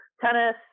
tennis